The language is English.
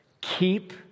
keep